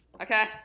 Okay